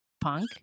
Punk